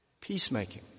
Peacemaking